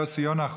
יוסי יונה,